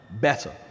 better